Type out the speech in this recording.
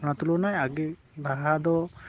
ᱚᱱᱟ ᱛᱩᱞᱩᱱᱟᱭ ᱟᱜᱮ ᱞᱟᱦᱟ ᱫᱚ